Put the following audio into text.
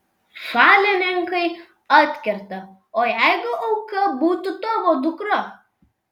šalininkai atkerta o jeigu auka būtų tavo dukra